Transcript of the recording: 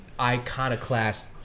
iconoclast